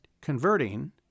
converting